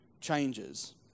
changes